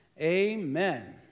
amen